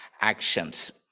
actions